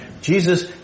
Jesus